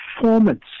performance